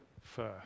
first